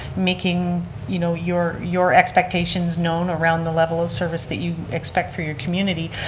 making you know your your expectations known around the level of service that you expect for your community,